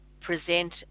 present